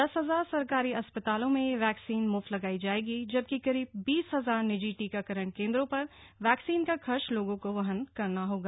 दस हजार सरकारी अस्पतालों में यह वैक्सीन मुफ्त लगायी जाएगी जबकि करीब बीस हजार निजी टीकाकरण केन्द्रों पर वैक्सीन का खर्च लोगों को वहन करना होगा